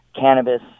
cannabis